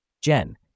Jen